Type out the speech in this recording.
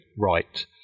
right